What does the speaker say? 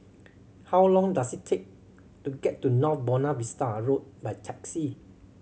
how long does it take to get to North Buona Vista Road by taxi